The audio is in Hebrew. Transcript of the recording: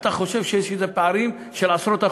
אתה חושב שיש פערים של עשרות אחוזים.